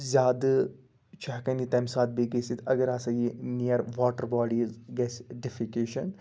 زیادٕ چھِ ہیٚکان یہِ تَمہِ ساتہٕ بیٚیہِ گٔژھِتھ اگر ہَسا یہِ نِیَر واٹَر باڈیٖز گَژھِ ڈیٚفِکیشَن